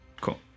cool